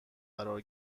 قرار